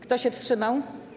Kto się wstrzymał?